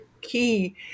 key